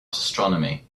astronomy